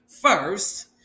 first